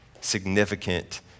significant